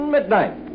Midnight